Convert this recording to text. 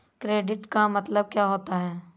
Credit का मतलब क्या होता है?